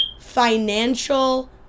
financial